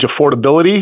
affordability